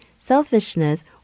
selfishness